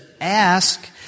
Ask